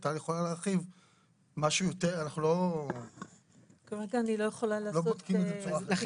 אנחנו לא בודקים בצורה כזאת.